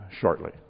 shortly